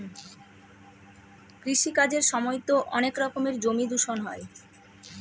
কৃষি কাজের সময়তো অনেক রকমের জমি দূষণ হয়